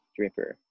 dripper